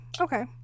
okay